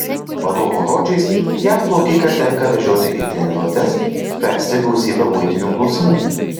vadovo žodžiais jam plaukiką tenka vežioti į treniruotes spręsti gausybę buitinių klausimų